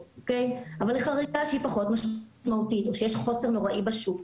אבל היא חריגה פחות משמעותית או שיש חוסר נוראי בשוק,